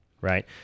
Right